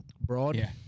Broad